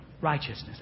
righteousness